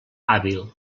hàbil